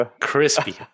crispy